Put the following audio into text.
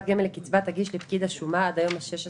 גמל לקצבה תגיש לפקיד השומה עד היום ה-16